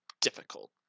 difficult